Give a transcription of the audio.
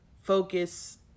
focus